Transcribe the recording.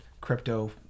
crypto